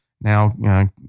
now